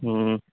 ہوں